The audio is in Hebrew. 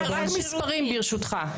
רק מספרים, ברשותך.